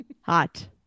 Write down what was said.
Hot